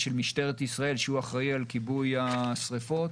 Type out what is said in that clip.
משטרת ישראל שהוא אחראי על כיבוי השריפות,